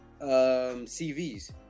CVs